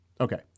Okay